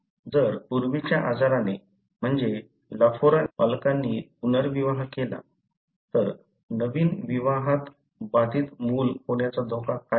जर पूर्वीच्या आजाराने म्हणजे लफोराने ग्रस्त असलेल्या मुलाच्या पालकांनी पुनर्विवाह केला तर नवीन विवाहात बाधित मूल होण्याचा धोका काय आहे